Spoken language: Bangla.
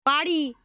পাড়ি